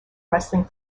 wrestling